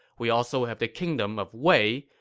we also have the kingdom of wei,